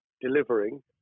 delivering